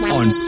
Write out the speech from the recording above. on